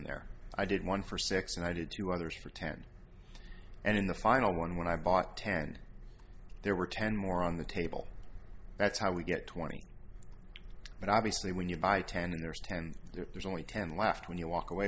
there i did one for six and i did two others for ten and in the final one when i bought ten there were ten more on the table that's how we get twenty but obviously when you buy ten there's ten there's only ten left when you walk away